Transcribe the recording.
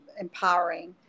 empowering